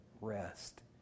rest